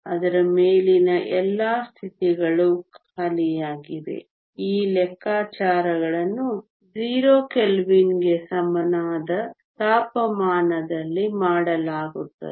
ಅದರ ಮೇಲಿನ ಎಲ್ಲಾ ಸ್ಥಿತಿಗಳು ಖಾಲಿಯಾಗಿವೆ ಈ ಲೆಕ್ಕಾಚಾರಗಳನ್ನು 0 ಕೆಲ್ವಿನ್ಗೆ ಸಮನಾದ ತಾಪಮಾನದಲ್ಲಿ ಮಾಡಲಾಗುತ್ತದೆ